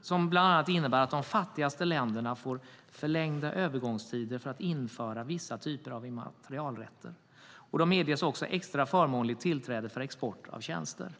som bland annat innebär att de fattigaste länderna får förlängda övergångstider för att införa vissa typer av immaterialrätter samt medges extra förmånligt tillträde för export av tjänster.